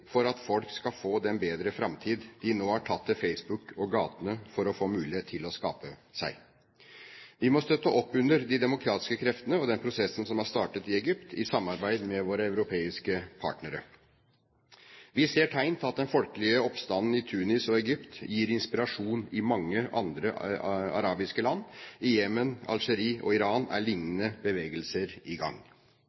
for at folk skal få en bedre framtid som de nå har tatt til Facebook og gatene for å få mulighet til å skape seg. Vi må støtte opp under de demokratiske kreftene og den prosessen som er startet i Egypt, i samarbeid med våre europeiske partnere. Vi ser tegn til at den folkelige oppstanden i Tunisia og Egypt gir inspirasjon i mange andre arabiske land. I Jemen, Algerie og Iran er